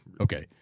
okay